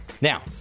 Now